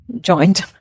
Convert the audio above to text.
joined